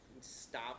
stop